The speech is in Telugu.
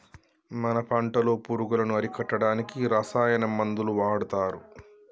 మన పంటలో పురుగులను అరికట్టడానికి రసాయన మందులు వాడతారు